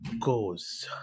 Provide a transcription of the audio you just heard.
goes